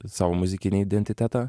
savo muzikinį identitetą